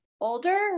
Older